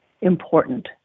important